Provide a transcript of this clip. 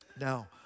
Now